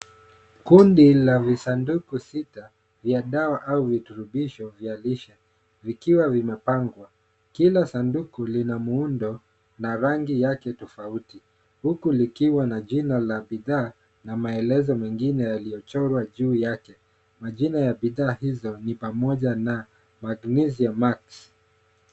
Kundi la visanduku sita vya dawa au viturubisho vya lishe, vikiwa vimepangwa. Kila sanduku lina muundo, na rangi yake tofauti, huku likiwa na jina la bidhaa na maelezo mengine yaliyo chorwa juu yake. Majina ya bidhaa hizo ni pamoja na magnesium max